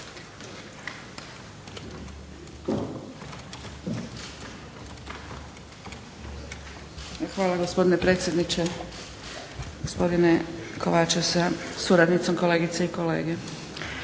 Hvala gospodine predsjedniče, gospodine Kovačev sa suradnicom, kolegice i kolege.